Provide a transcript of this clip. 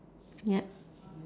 ya